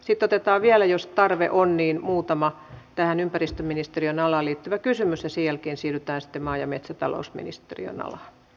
sitten otetaan vielä jos tarve on muutama tähän ympäristöministeriön alaan liittyvä kysymys ja sen jälkeen siirrytään sitten maa ja metsätalousministeriön alaan